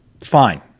fine